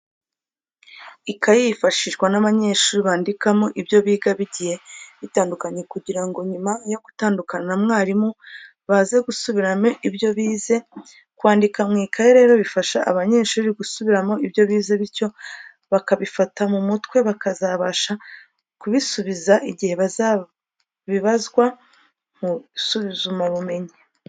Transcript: Ikayi yifashishwa n'abanyeshuri bakandikamo ibyo biga bigiye bitandukanye kugira ngo nyuma yo gutandukana na mwarimu baze gusubiramo ibyo bize. Kwandika mu makayi rero bifasha abanyeshuri gusubiramo ibyo bize bityo bakabifata mu mutwe, bakazabasha kubisubiza igihe bazabibazwa mu isuzumabumenyi.